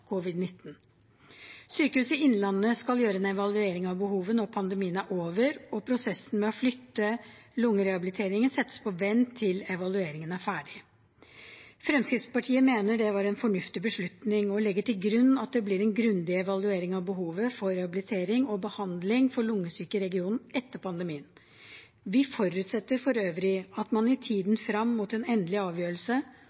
Sykehuset Innlandet skal gjøre en evaluering av behovet når pandemien er over, og prosessen med å flytte lungerehabiliteringen settes på vent til evalueringen er ferdig. Fremskrittspartiet mener det er en fornuftig beslutning og legger til grunn at det blir en grundig evaluering av behovet for rehabilitering og behandling for lungesyke i regionen etter pandemien. Vi forutsetter for øvrig at man i